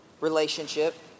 relationship